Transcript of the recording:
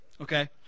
Okay